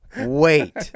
wait